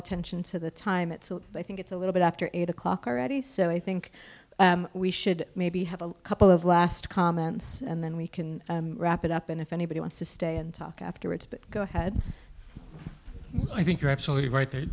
attention to the time it so i think it's a little bit after eight o'clock already so i think we should maybe have a couple of last comments and then we can wrap it up and if anybody wants to stay and talk afterwards but go ahead i think you're absolutely right there